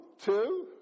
two